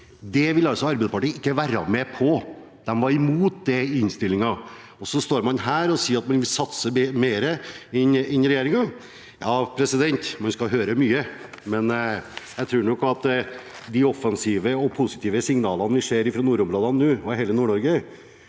Dette vil altså Arbeiderpartiet ikke være med på, de var imot det i innstillingen, og så står man her og sier at man vil satse mer enn regjeringen. Man skal høre mye! Men jeg tror nok at de offensive og positive signalene vi nå får fra nordområdene og fra hele Nord-Norge,